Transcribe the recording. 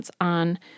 on